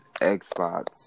Xbox